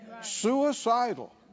Suicidal